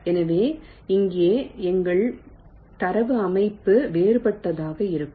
எனவே இங்கே எங்கள் தரவு அமைப்பு வேறுபட்டதாக இருக்கும்